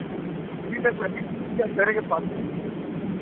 ᱴᱷᱤᱠ ᱟᱪᱷᱮ ᱟᱹᱵᱤᱱ ᱵᱤᱱ ᱵᱩᱡᱟ ᱥᱟᱹᱨᱤᱜᱮ ᱯᱟᱛᱲᱟ ᱫᱟᱠᱟ